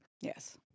Yes